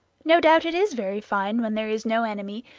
no doubt it is very fine when there is no enemy,